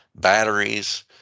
batteries